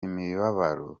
imibabaro